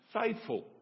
faithful